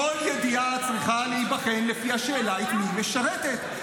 כל ידיעה צריכה להיבחן לפי השאלה את מי היא משרתת.